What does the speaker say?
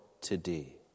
today